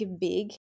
big